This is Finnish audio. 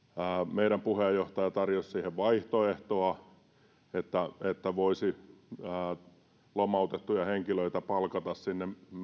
meidän puheenjohtajamme tarjosi siihen vaihtoehtoa että voisi lomautettuja henkilöitä palkata sinne